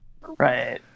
Right